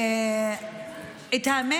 האמת,